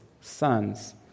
sons